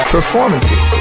Performances